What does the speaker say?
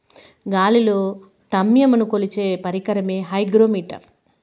గాలిలో త్యమను కొలిచే పరికరమే హైగ్రో మిటర్